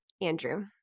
Andrew